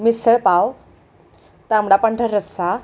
मिसळपाव तांबडा पांढरा रस्सा